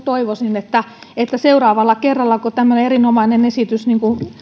toivoisin että että seuraavalla kerralla kun tulee tämmöinen erinomainen esitys niin kuin